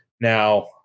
now